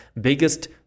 biggest